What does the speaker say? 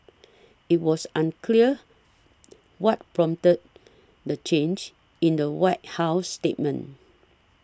it was unclear what prompted the the change in the White House statement